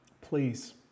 Please